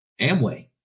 Amway